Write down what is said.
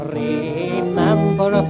remember